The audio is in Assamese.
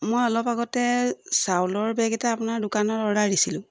মই অলপ আগতে চাউলৰ বেগ এটা আপোনাৰ দোকানত অৰ্ডাৰ দিছিলোঁ